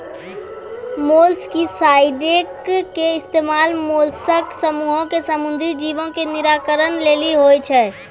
molluscicide के इस्तेमाल mollusc समूहो के समुद्री जीवो के निराकरण लेली होय छै